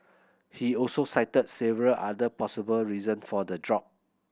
he also cited several other possible reason for the drop